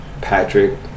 Patrick